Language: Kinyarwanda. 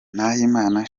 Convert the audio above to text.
nahimana